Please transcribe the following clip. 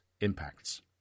impacts